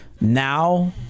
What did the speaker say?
now